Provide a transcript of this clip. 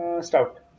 stout